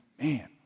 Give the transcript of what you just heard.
man